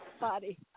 Body